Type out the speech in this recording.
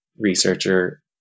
researcher